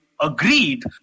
agreed